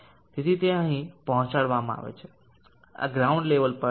તેથી તે અહીં પહોંચાડવામાં આવે છે આ ગ્રાઉન્ડ લેવલ પર છે